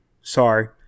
Sorry